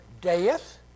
death